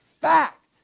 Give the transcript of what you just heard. fact